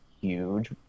huge